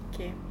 okay